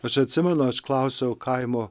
aš atsimenu aš klausiau kaimo